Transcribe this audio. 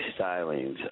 Stylings